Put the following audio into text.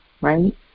right